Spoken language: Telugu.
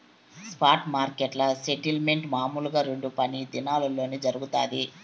స్పాట్ మార్కెట్ల సెటిల్మెంట్ మామూలుగా రెండు పని దినాల్లోనే జరగతాది